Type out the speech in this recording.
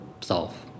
solve